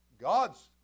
God's